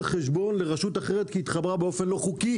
חשבונה לרשות אחרת כי היא התחברה באופן לא חוקי,